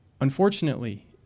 Unfortunately